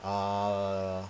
uh